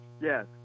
Yes